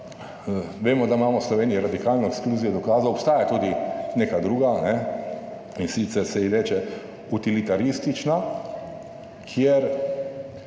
Vemo, da imamo v Sloveniji radikalno ekskluzijo dokazov. Obstaja tudi neka druga, in sicer se ji reče utilitaristična, kjer